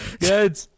Good